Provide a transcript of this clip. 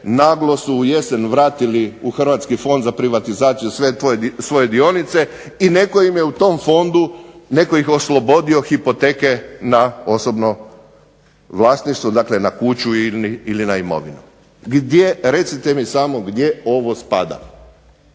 naglo su u jesen vratili u Hrvatski fond za privatizaciju sve svoje dionice i netko im je u tom fondu oslobodio hipoteke na osobno vlasništvo, dakle na kuću ili imovinu. Gdje ovo spada?